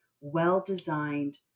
well-designed